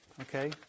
Okay